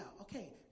okay